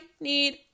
need